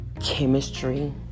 chemistry